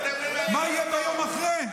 אתם, מה יהיה ביום שאחרי?